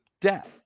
debt